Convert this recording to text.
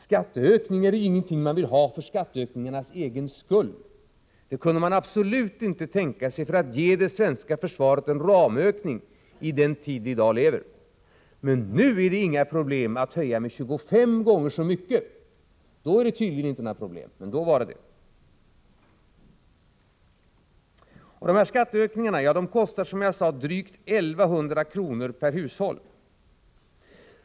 Skatteökning är ingenting man vill ha för skatteökningens egen skull — det kunde man absolut inte tänka sig för att ge det svenska försvaret en ramökning i den tid vi i dag lever i. Nu är det inga problem att höja 25 gånger så mycket — men då var det problem. Skatteökningarna kostar drygt 1 100 kr. per hushåll.